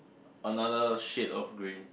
another shade of green